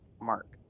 mark